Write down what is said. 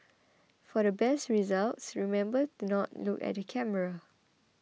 for best results remember to not look at the camera